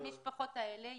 את המשפחות האלה.